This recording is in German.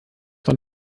von